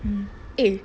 hmm eh